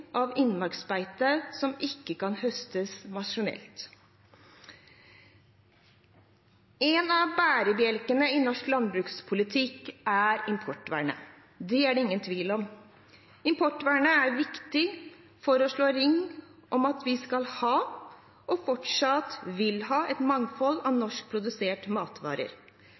av innmarksbeite som ikke kan høstes maskinelt. En av bærebjelkene i norsk landbrukspolitikk er importvernet. Det er det ingen tvil om. Importvernet er viktig for å slå ring om at vi skal ha og fortsatt vil ha et mangfold av norskproduserte matvarer.